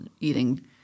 eating